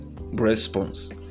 response